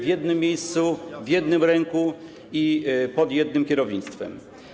W jednym miejscu, w jednym ręku i pod jednym kierownictwem.